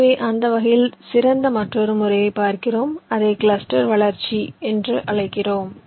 ஆகவே அந்த வகையில் சிறந்த மற்றொரு முறையைப் பார்க்கிறோம் அதை கிளஸ்டர் வளர்ச்சி என்று அழைக்கிறோம்